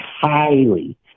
highly